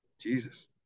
Jesus